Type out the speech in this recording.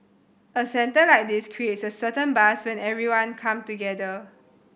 a centre like this creates a certain buzz when everybody come together